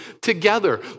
together